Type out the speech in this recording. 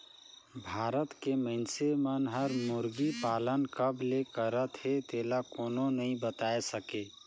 भारत के मइनसे मन हर मुरगी पालन कब ले करत हे तेला कोनो नइ बताय सके